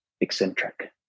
eccentric